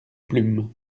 plumes